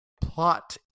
Plot